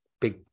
big